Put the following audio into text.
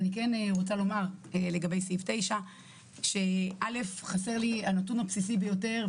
אני כן רוצה לומר לגבי סעיף 9 שחסר לי הנתון הבסיסי ביותר,